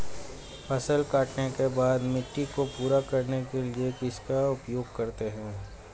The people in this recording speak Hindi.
फसल काटने के बाद मिट्टी को पूरा करने के लिए किसका उपयोग करते हैं?